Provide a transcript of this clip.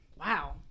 Wow